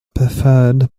preferred